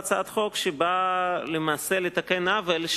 מדובר בהצעת חוק שנועדה לתקן עוול,